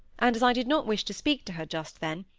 and as i did not wish to speak to her just then,